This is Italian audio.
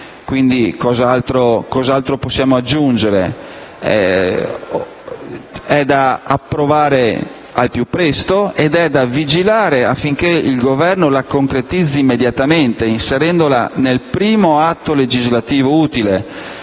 Cos'altro possiamo aggiungere? È da approvare al più presto ed è necessario vigilare affinché il Governo la concretizzi immediatamente, inserendola nel primo atto legislativo utile.